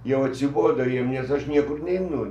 jau atsibodo jiem nes aš niekur neinu